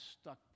stuck